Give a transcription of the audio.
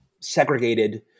segregated